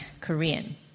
Korean